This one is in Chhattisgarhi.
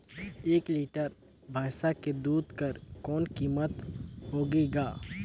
एक लीटर भैंसा के दूध कर कौन कीमत होथे ग?